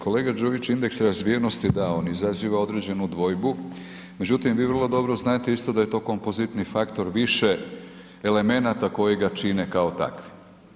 Kolega Đujić, indeks razvijenosti, da, on izaziva određenu dvojbu, međutim, vi vrlo dobro znate isto da je to kompozitni faktor, više elemenata koji ga čine kao takvi.